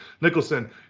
Nicholson